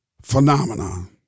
phenomenon